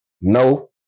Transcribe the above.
no